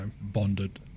bonded